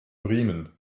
riemen